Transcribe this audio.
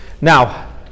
Now